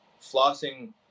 flossing